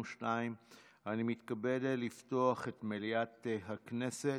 2022. אני מתכבד לפתוח את מליאת הכנסת.